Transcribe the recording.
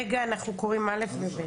רגע, אנחנו קוראים (א) ו-(ב).